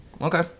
Okay